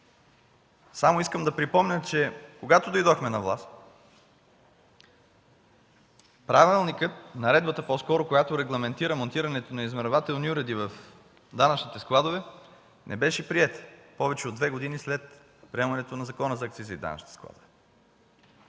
Само искам да припомня, че когато дойдохме на власт, правилникът, по-скоро наредбата, която регламентира монтирането на измервателни уреди в данъчните складове, не беше приета повече от две години след приемането на Закона за акцизите и данъчните складове.